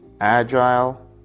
Agile